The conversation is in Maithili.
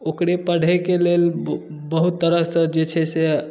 ओकरे पढ़यके लेल बहुत तरहसँ जे छै से